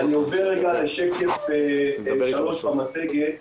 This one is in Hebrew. בתנאים מאוד מאוד נוחים ובמסלול בירוקרטי